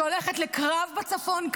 שהולכת לקרב בצפון,